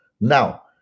Now